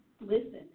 Listen